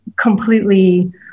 completely